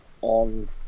on